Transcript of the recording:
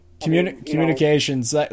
Communications